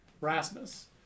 Rasmus